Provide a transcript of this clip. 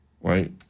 right